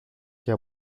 και